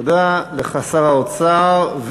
תודה לך, שר האוצר.